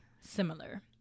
similar